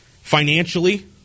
financially